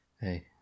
Hey